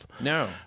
No